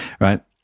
right